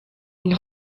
une